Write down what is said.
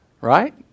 Right